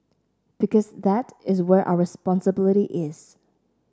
because that is where our responsibility is